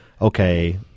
okay